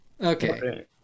okay